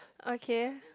okay